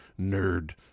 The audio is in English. nerd